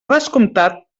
descomptat